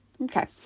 Okay